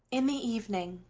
in the evening,